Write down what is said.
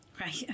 Right